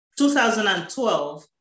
2012